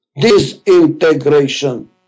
disintegration